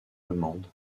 allemande